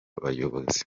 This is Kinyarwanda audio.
bayobozi